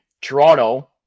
Toronto